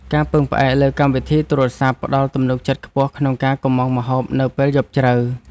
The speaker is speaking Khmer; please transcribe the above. ការពឹងផ្អែកលើកម្មវិធីទូរសព្ទ ផ្ដល់ទំនុកចិត្តខ្ពស់ក្នុងការកុម្ម៉ង់ម្ហូបនៅពេលយប់ជ្រៅ។